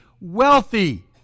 wealthy